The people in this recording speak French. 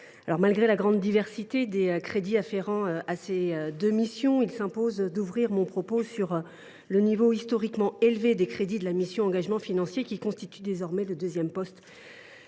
Malgré la grande diversité des crédits afférents à ces deux missions, ouvrir mon propos sur le niveau historiquement élevé des crédits de la mission « Engagements financiers de l’État », qui constitue désormais le deuxième poste